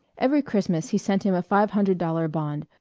every christmas he sent him a five-hundred-dollar bond,